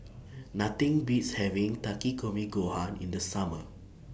Nothing Beats having Takikomi Gohan in The Summer